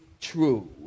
true